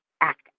act